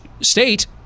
state